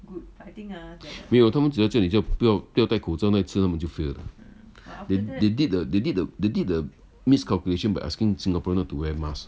没有他们只要叫你不要带口罩那一次他们就 fail 了 they they did they did the miscalculation by asking singaporean not to wear mask